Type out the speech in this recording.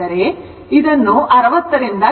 ಆದ್ದರಿಂದ ಇದನ್ನು 60 ರಿಂದ ಗುಣಿಸಿ